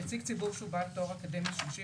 נציג ציבור שהוא בעל תואר אקדמי שלישי